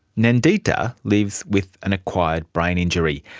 nandita lives with an acquired brain injury.